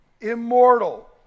immortal